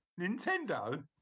Nintendo